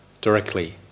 directly